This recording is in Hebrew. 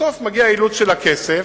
בסוף מגיע האילוץ של הכסף